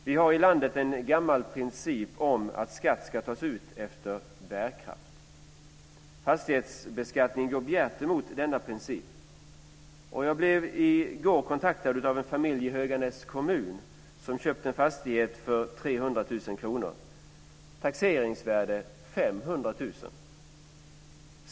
Vi har i landet en gammal princip att skatt ska tas ut efter bärkraft. Fastighetsbeskattningen går bjärt emot denna princip. Jag blev i går kontaktad av en familj i 300 000 kr. Taxeringsvärdet är 500 000 kr.